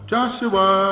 Joshua